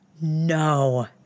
no